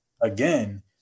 again